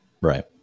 Right